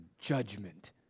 judgment